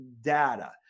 data